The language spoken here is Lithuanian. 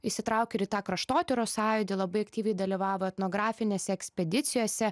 įsitraukę ir tą kraštotyros sąjūdį labai aktyviai dalyvavo etnografinėse ekspedicijose